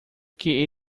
que